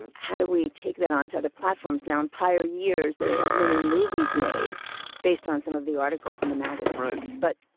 and how do we take that onto the platforms? now in prior years, they had had many movies made based on some of the articles in the magazines. but,